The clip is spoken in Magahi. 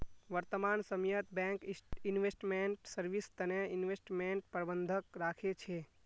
वर्तमान समयत बैंक इन्वेस्टमेंट सर्विस तने इन्वेस्टमेंट प्रबंधक राखे छे